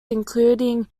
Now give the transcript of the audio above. including